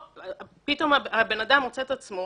פתאום האדם מוצא את עצמו,